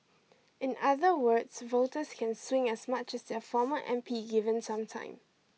in other words voters can swing as much as their former M P given some time